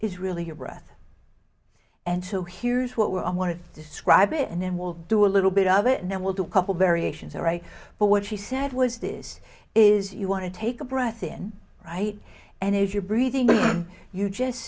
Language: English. is really your breath and so here's what we're i want to describe it and then we'll do a little bit of it and then we'll do a couple variations are right but what she said was this is you want to take a breath in right and if you're breathing you just